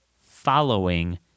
following